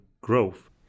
growth